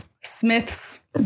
Smith's